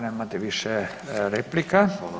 Nemate više replika.